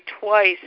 twice